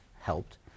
helped